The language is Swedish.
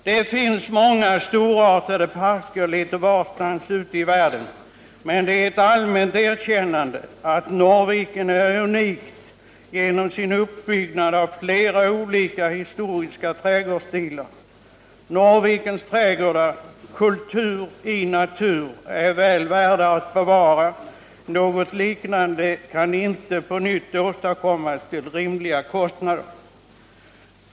Det finns många storartade parker litet varstans ute i världen, men det är ett allmänt erkännande av att Norrviken är unikt genom sin uppbyggnad av flera olika historiska trädgårdsstilar. Norrvikens trädgårdar,” kultur i natur”, är väl värda att bevara, ty något liknande kan inte på nytt åstadkommas till rimliga kostnader.